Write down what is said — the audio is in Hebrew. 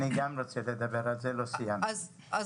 גם אני רוצה לדבר על זה לא סיימתי את דבריי.